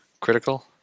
critical